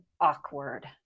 Awkward